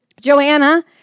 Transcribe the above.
Joanna